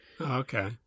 Okay